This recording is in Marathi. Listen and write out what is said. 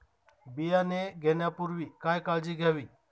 बियाणे घेण्यापूर्वी काय काळजी घ्यावी?